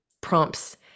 prompts